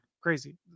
crazy